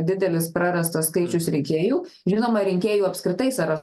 didelis prarastas skaičius rinkėjų žinoma rinkėjų apskritai sąra